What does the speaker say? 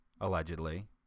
allegedly